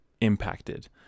impacted